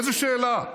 איזו שאלה?